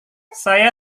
saya